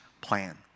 plan